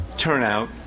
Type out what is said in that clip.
Turnout